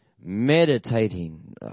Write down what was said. Meditating